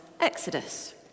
Exodus